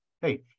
Hey